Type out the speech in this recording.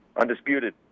Undisputed